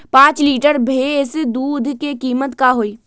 पाँच लीटर भेस दूध के कीमत का होई?